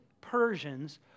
Persians